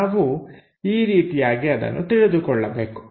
ನಾವು ಈ ರೀತಿಯಾಗಿ ಅದನ್ನು ತಿಳಿದುಕೊಳ್ಳಬೇಕು